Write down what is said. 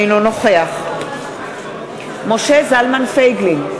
אינו נוכח משה זלמן פייגלין,